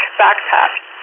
backpack